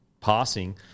passing